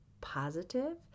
positive